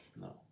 No